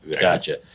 Gotcha